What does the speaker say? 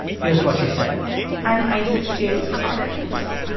here's what she said i'm isis james-carnes.